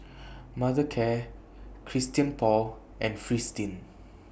Mothercare Christian Paul and Fristine